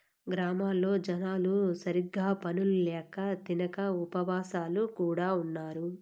గ్రామాల్లో జనాలు సరిగ్గా పనులు ల్యాక తినక ఉపాసాలు కూడా ఉన్నారు